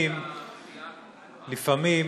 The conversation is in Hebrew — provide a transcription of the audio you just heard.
לפעמים